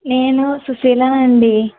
నేను సుశీలాని అండీ